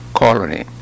colony